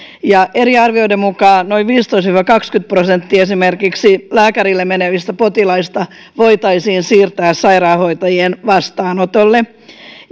eri arvioiden mukaan noin viisitoista viiva kaksikymmentä prosenttia esimerkiksi lääkärille menevistä potilaista voitaisiin siirtää sairaanhoitajien vastaanotolle